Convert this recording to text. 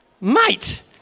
mate